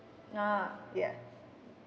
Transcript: nah ya